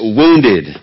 wounded